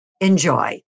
Enjoy